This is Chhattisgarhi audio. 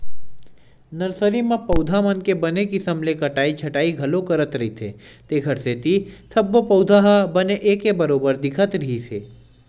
नरसरी म पउधा मन के बने किसम ले कटई छटई घलो करत रहिथे तेखरे सेती सब्बो पउधा ह बने एके बरोबर दिखत रिहिस हे